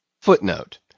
Footnote